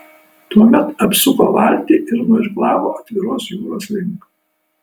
tuomet apsuko valtį ir nuirklavo atviros jūros link